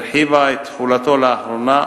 הרחיבה את תחולתו לאחרונה,